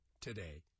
today